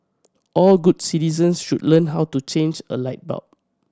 all good citizens should learn how to change a light bulb